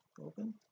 open